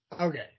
Okay